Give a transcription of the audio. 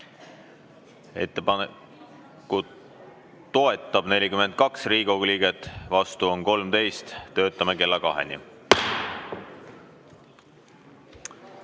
Ettepanekut toetab 42 Riigikogu liiget, vastu on 13. Töötame kella kaheni.